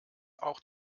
auch